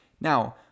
Now